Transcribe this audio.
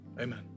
Amen